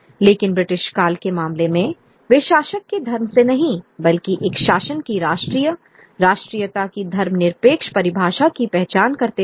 लेकिन ब्रिटिश काल के मामले में वे शासक के धर्म से नहीं बल्कि एक शासन की राष्ट्रीय राष्ट्रीयता की धर्मनिरपेक्ष परिभाषा की पहचान करते थे